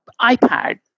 iPad